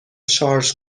شارژ